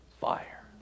fire